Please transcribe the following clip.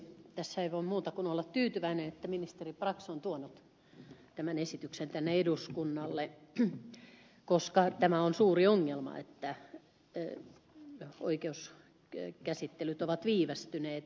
ei voi olla muuta kuin tyytyväinen että ministeri brax on tuonut tämän esityksen eduskunnalle koska on suuri ongelma että oikeuskäsittelyt ovat viivästyneet